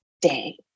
day